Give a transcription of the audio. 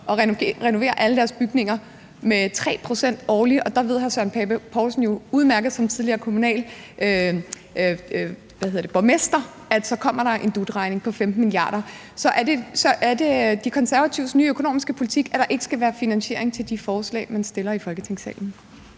at renovere alle deres bygninger med 3 pct. årligt, og hr. Søren Pape Poulsen ved jo udmærket som tidligere borgmester, at der så kommer en dut-regning på 15 mia. kr. Så er det De Konservatives nye økonomiske politik, at der ikke skal være finansiering til de forslag, man fremsætter i Folketingssalen?